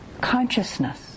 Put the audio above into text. consciousness